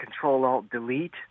control-alt-delete